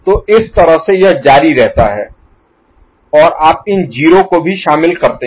तो इस तरह से यह जारी रहता है और आप इन 0s को भी शामिल करते हैं